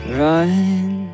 run